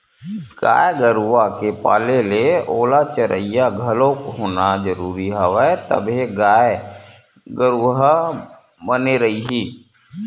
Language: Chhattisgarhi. गाय गरुवा के पाले ले ओला चरइया घलोक होना जरुरी हवय तभे गाय गरु ह बने रइही